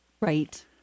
Right